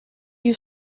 you